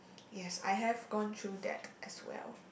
ya I have gone through that as well